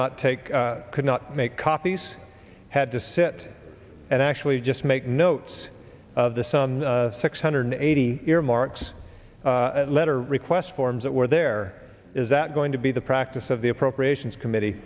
not take could not make copies had to sit and actually just make notes of the some six hundred eighty earmarks letter request forms that were there is that going to be the practice of the appropriations committee